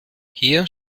hier